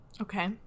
Okay